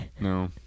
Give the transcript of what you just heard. No